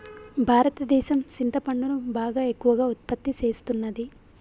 భారతదేసం సింతపండును బాగా ఎక్కువగా ఉత్పత్తి సేస్తున్నది